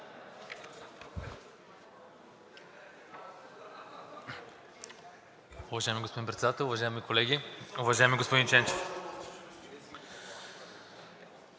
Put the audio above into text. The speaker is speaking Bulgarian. Уважаеми господин Председател, уважаеми колеги! Уважаеми господин Ченчев,